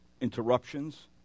interruptions